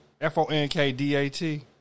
F-O-N-K-D-A-T